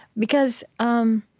because i'm